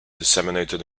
disseminated